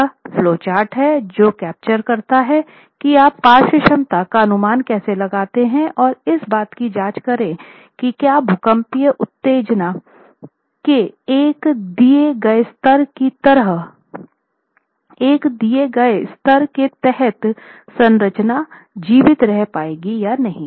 यह फ्लोचार्ट हैं जो कैप्चर करता है कि आप पार्श्व क्षमता का अनुमान कैसे लगाते हैं और इस बात की जाँच करें कि क्या भूकंपीय उत्तेजना के एक दिए गए स्तर के तहत संरचना जीवित रह पाएगी या नहीं